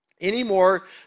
anymore